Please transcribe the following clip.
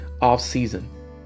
Off-season